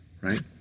right